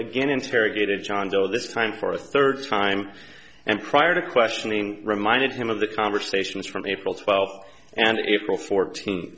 again interrogated john doe this time for a third time and prior to questioning reminded him of the conversations from april twelfth and if all fourteen